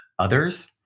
others